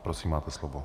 Prosím, máte slovo.